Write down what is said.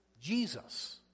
Jesus